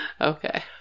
Okay